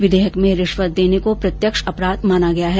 विधेयक में रिश्वत देने को प्रत्यक्ष अपराध माना गया है